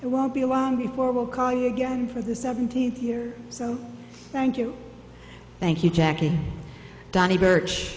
it won't be long before i will call you again for the seventeenth year so thank you thank you jackie donnie birch